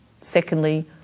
Secondly